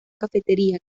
cafetería